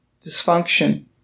dysfunction